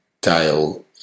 Dale